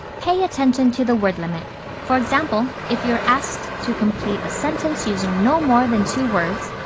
pay attention to the word limit for example, if you are asked to complete a sentence using no more than two words,